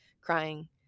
crying